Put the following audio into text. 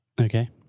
Okay